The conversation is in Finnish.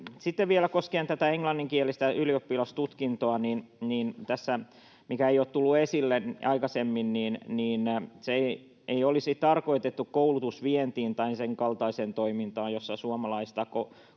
Sitten koskien tätä englanninkielistä ylioppilastutkintoa on vielä se, mikä ei ole tullut tässä esille aikaisemmin: se ei olisi tarkoitettu koulutusvientiin tai senkaltaiseen toimintaan, jossa suomalaista